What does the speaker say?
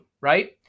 right